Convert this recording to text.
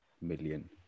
million